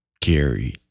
carry